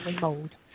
mode